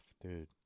dude